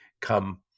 come